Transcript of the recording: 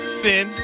sin